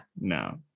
no